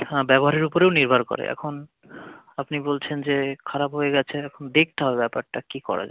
হাঁ ব্যবহারের উপরেও নির্ভর করে এখন আপনি বলছেন যে খারাপ হয়ে গেছে এখন দেখতে হবে ব্যাপারটা কী করা যায়